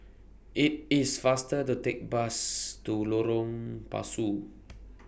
IT IS faster to Take Bus to Lorong Pasu